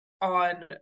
on